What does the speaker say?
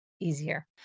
easier